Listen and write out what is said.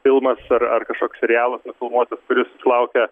filmas ar ar kažkoks serialas nufilmuotas kuris laukia